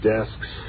Desks